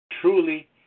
Truly